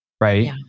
right